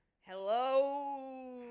Hello